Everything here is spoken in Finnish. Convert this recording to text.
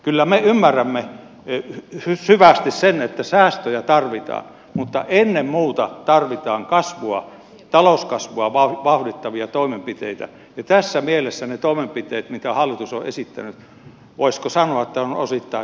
kyllä me ymmärrämme syvästi sen että säästöjä tarvitaan mutta ennen muuta tarvitaan talouskasvua vauhdittavia toimenpiteitä ja tässä mielessä ne toimenpiteet mitä hallitus on esittänyt ovat voisiko sanoa osittain säälittäviä